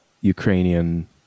Ukrainian